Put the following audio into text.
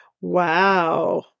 Wow